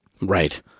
Right